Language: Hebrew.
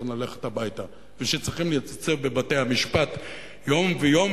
ללכת הביתה ושצריכים להתייצב בבתי-המשפט יום-יום,